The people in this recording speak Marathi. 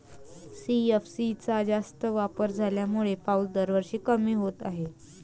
सी.एफ.सी चा जास्त वापर झाल्यामुळे पाऊस दरवर्षी कमी होत आहे